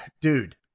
Dude